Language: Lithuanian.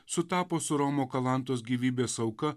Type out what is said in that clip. sutapo su romo kalantos gyvybės auka